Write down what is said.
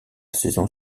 saison